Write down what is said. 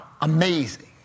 Amazing